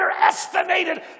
underestimated